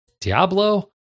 Diablo